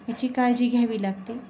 याची काळजी घ्यावी लागते